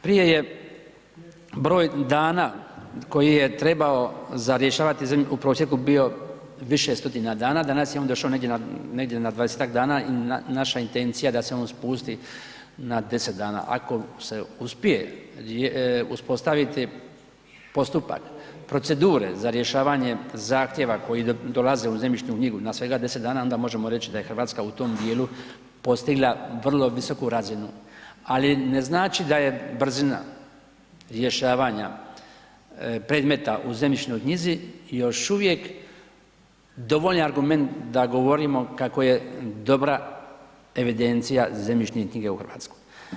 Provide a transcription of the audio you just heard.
Prije je broj dana koji je trebao za rješavati u prosjeku bio više stotina dana, danas je on došao negdje, negdje na 20 dana i naša intencija da se on spusti na 10 dana, ako se uspije uspostaviti postupak procedure za rješavanje zahtjeva koji dolaze u zemljišnu knjigu na svega 10 dana onda možemo reći da je Hrvatska u tom dijelu postigla vrlo visoku razinu, ali ne znači da je brzina rješavanja predmeta u zemljišnoj knjizi još uvijek dovoljan argument da govorimo kako je dobra evidencija zemljišnih knjiga u Hrvatskoj.